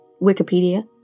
Wikipedia